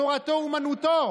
תורתו אומנותו.